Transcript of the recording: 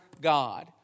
God